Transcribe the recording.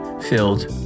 filled